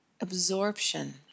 absorption